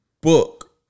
book